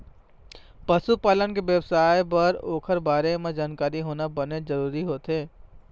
पशु पालन के बेवसाय बर ओखर बारे म जानकारी होना बनेच जरूरी होथे